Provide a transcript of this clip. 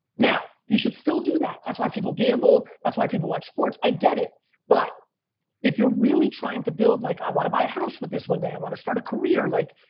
now you should still do that. that's why people gamble. that's why people watch sports. i get it but if you're really trying to build like, i wanna buy a house with this one day, i wanna start a career like,